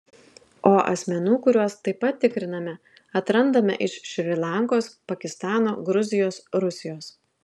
o asmenų kuriuos taip pat tikriname atrandame iš šri lankos pakistano gruzijos rusijos